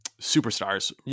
superstars